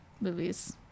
movies